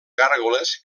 gàrgoles